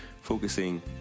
focusing